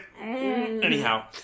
Anyhow